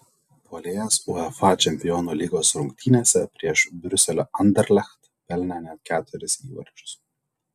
puolėjas uefa čempionų lygos rungtynėse prieš briuselio anderlecht pelnė net keturis įvarčius